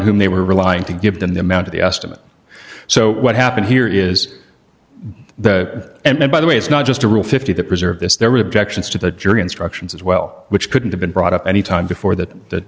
whom they were relying to give them the amount of the estimate so what happened here is that and by the way it's not just a rule fifty that preserve this there were objections to the jury instructions as well which couldn't have been brought up any time before that